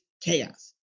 chaos